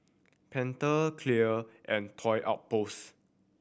Pentel Clear and Toy Outpost